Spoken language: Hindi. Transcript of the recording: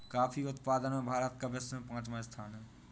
कॉफी उत्पादन में भारत का विश्व में पांचवा स्थान है